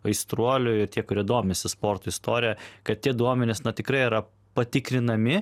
aistruoliui tie kurie domisi sporto istorija kad tie duomenys na tikrai yra patikrinami